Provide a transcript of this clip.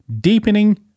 deepening